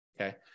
Okay